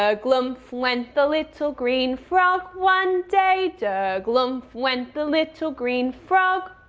ah glumph went the little green frog one day. der glumph went the little green frog.